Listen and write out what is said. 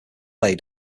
laid